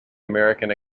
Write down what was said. american